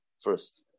first